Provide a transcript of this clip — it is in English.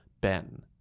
Ben